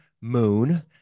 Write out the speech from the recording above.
Moon